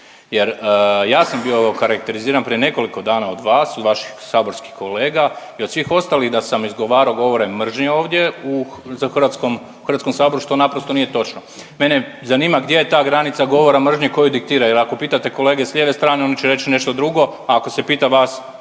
jer ja sam bio okarakteriziran prije nekoliko dana od vas, od vaših saborskih kolega i od svih ostalih da sam izgovarao govore mržnje ovdje u HS, što naprosto nije točno. Mene zanima gdje je ta granica govora mržnje koju diktira jer ako pitate kolege s lijeve strane oni će reć nešto drugo, a ako se pita vas